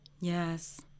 Yes